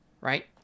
right